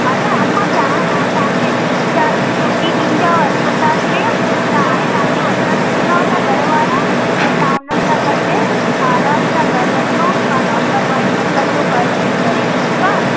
हा न अमां छा आहे न तव्हांखे अॼु डिस्चार्ज छुटी ॾींदव अस्पतालि में त हाणे तव्हांखे वठण अचनिव था घर वारा त तव्हां उन्हनि सां गॾु आरामु सां घर वञो तव्हां लापरवाही न कजो घरु वञी करे ठीकु आहे